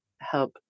help